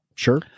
Sure